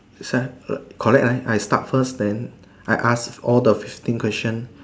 is that correct right I start first then I ask all the thing question